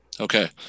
Okay